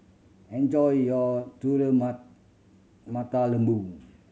enjoy your telur mata lembu